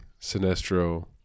Sinestro